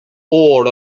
all